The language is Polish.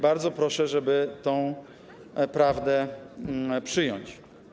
Bardzo proszę, żeby tę prawdę przyjąć.